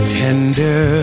tender